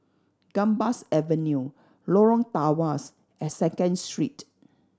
Gambas Avenue Lorong Tawas and Second Street